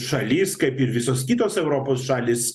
šalis kaip ir visos kitos europos šalys